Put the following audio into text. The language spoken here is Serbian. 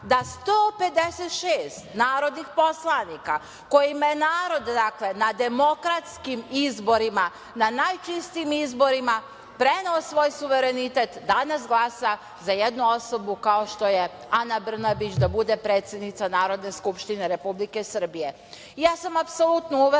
da 156 narodnih poslanika kojima je narod na demokratskim izborima, na najčistijim izborima, preneo svoj suverenitet, danas glasa za jednu osobu kao što je Ana Brnabić da bude predsednica Narodne skupštine Republike Srbije. Ja sam apsolutno uverena